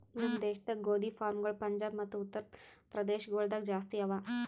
ನಮ್ ದೇಶದಾಗ್ ಗೋದಿ ಫಾರ್ಮ್ಗೊಳ್ ಪಂಜಾಬ್ ಮತ್ತ ಉತ್ತರ್ ಪ್ರದೇಶ ಗೊಳ್ದಾಗ್ ಜಾಸ್ತಿ ಅವಾ